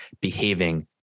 behaving